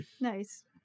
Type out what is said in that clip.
Nice